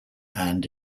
and